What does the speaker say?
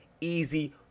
easy